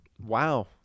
Wow